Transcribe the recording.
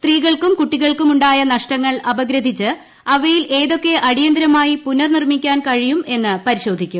സ്ത്രീകൾക്കും കുട്ടികൾക്കും ഉണ്ടായ നഷ്ടങ്ങൾ അപഗ്രഥിച്ച് അവയിൽ ഏതൊക്കെ അടിയന്തിരമായി പുനർ നിർമ്മിക്കാൻ കഴിയും എന്ന് പരിശോധിക്കും